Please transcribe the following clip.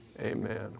Amen